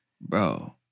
Bro